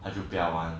还是不要玩